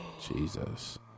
Jesus